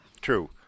true